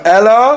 Ella